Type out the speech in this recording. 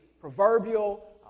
proverbial